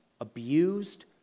abused